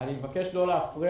ואני מתנצלת על כך.